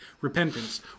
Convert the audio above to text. repentance